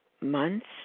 months